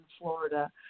Florida